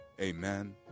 amen